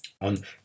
On